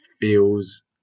feels